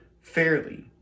fairly